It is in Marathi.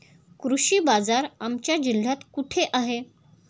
कृषी बाजार आमच्या जिल्ह्यात कुठे आहे?